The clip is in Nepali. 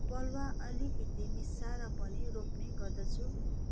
बालुवा अलिकति मिसाएर पनि रोप्ने गर्दछु